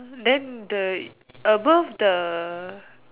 then the above the